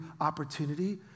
opportunity